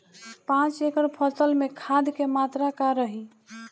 पाँच एकड़ फसल में खाद के मात्रा का रही?